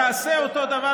תעשה אותו דבר,